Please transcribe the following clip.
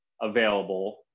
available